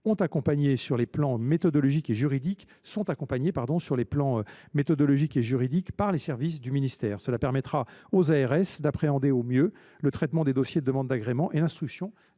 sont accompagnées, sur les plans méthodologique et juridique, par les services du ministère, ce qui permettra aux ARS d’appréhender au mieux le traitement des dossiers de demande d’agrément et l’instruction